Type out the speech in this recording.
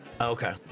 Okay